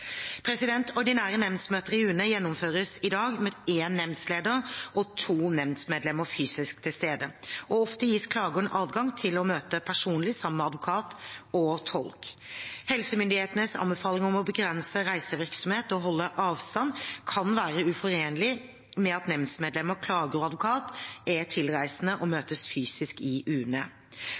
Ordinære nemndsmøter i UNE gjennomføres i dag med en nemndleder og to nemndmedlemmer fysisk til stede, og ofte gis klageren adgang til å møte personlig sammen med advokat og tolk. Helsemyndighetenes anbefaling om å begrense reisevirksomhet og holde avstand kan være uforenlig med at nemndmedlemmer, klager og advokat er tilreisende og møtes fysisk i UNE.